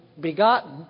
begotten